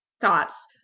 thoughts